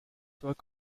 work